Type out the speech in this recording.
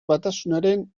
batasunaren